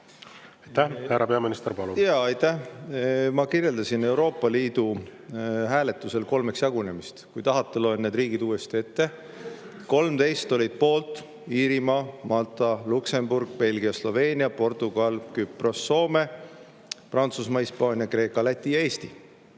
Ma kirjeldasin Euroopa Liidu kolmeks jagunemist hääletusel. Kui tahate, loen need riigid uuesti ette. 13 olid poolt: Iirimaa, Malta, Luksemburg, Belgia, Sloveenia, Portugal, Küpros, Soome, Prantsusmaa, Hispaania, Kreeka, Läti ja Eesti.